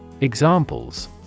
Examples